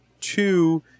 two